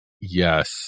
Yes